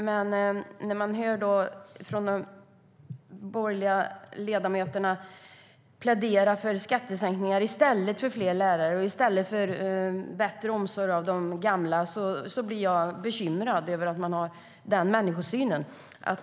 Men när jag hör borgerliga ledamöter plädera för skattesänkningar i stället för fler lärare och bättre omsorg om de gamla blir jag bekymrad över att man har den människosynen.